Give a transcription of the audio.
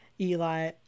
Eli